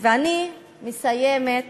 אני מסיימת,